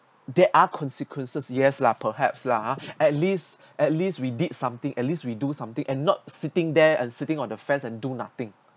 there are consequences yes lah perhaps lah at least at least we did something at least we do something and not sitting there and sitting on the fence and do nothing